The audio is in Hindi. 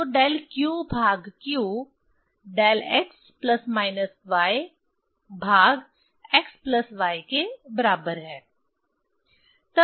तो डेल q भाग q del x plus minus y भाग x प्लस y के बराबर है